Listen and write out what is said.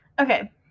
Okay